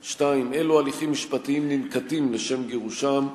2. אילו הליכים משפטיים ננקטים לשם גירושם?